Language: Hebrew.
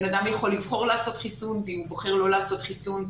בן אדם יכול לבחור לעשות חיסון ואם הוא בוחר לא לעשות חיסון,